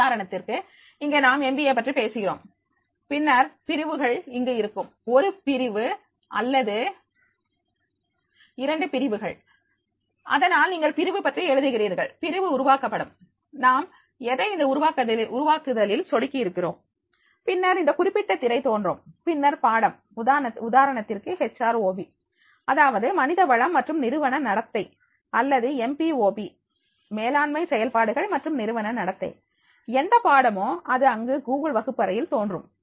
உதாரணத்திற்கு இங்கே நாம் எம்பிஏ பற்றி பேசுகிறோம் பின்னர் பிரிவுகள் இங்கு இருக்கும் ஒரு பிரிவு அல்லது இரண்டு பிரிவுகள் அதனால் நீங்கள் பிரிவு பற்றி எழுதுகிறீர்கள் பிரிவு உருவாக்கப்படும் நாம் எதை இந்த உருவாக்குதலில் சொடுக்கி இருக்கிறோம் பின்னர் இந்த குறிப்பிட்ட திரை தோன்றும் பின்னர் பாடம் உதாரணத்திற்கு ஹச் ஆர் ஓபி அதாவது மனித வளம் மற்றும் நிறுவன நடத்தை அல்லது எம் பி ஓ பி மேலாண்மை செயல்பாடுகள் மற்றும் நிறுவன நடத்தை எந்த பாடமோ அது அங்கு கூகுள் வகுப்பறையில் தோன்றும்